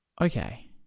Okay